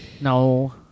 No